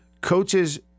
Coaches